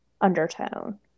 undertone